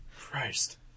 Christ